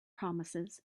promises